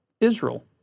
Israel